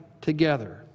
together